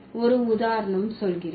ஒரு உதாரணம் சொல்கிறேன்